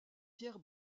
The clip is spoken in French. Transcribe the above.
pierre